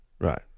Right